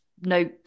no